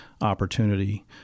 opportunity